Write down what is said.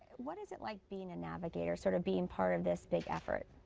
what is it like being a navigator, sort of being part of this big effort.